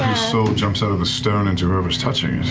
so jumps out of the stone into whoever's touching